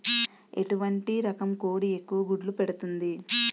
ఎటువంటి రకం కోడి ఎక్కువ గుడ్లు పెడుతోంది?